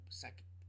second